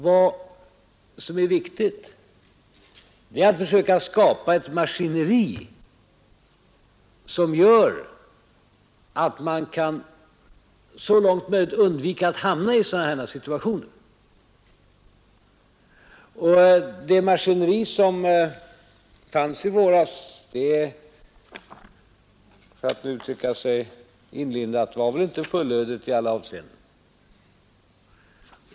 Vad som är viktigt är emellertid att försöka skapa ett maskineri som gör att man sa langt som möjligt kan undvika att hamna i sådana situationer. Det maskineri som fanns i våras var väl — för att uttrycka sig inlindat —- inte fullödigt i alla avseenden.